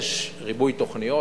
יש ריבוי תוכניות,